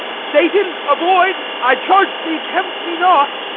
satan, avoid! i charge thee, tempt me not.